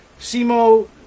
Simo